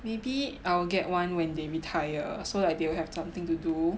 maybe I will get one when they retire so like they will have something to do